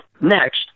next